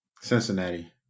Cincinnati